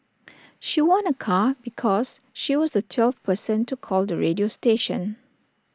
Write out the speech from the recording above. she won A car because she was the twelfth person to call the radio station